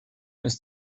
ist